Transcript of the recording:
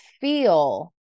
feel